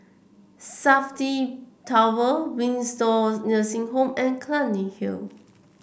Safti Tower Windsor Nursing Home and Clunny Hill